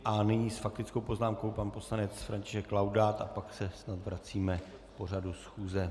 A nyní s faktickou poznámkou pan poslanec František Laudát a pak se snad vracíme k pořadu schůze.